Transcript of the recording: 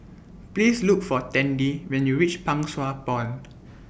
Please Look For Tandy when YOU REACH Pang Sua Pond